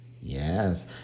Yes